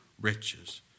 riches